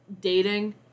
dating